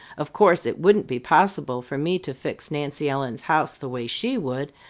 of course it wouldn't be possible for me to fix nancy ellen's house the way she would,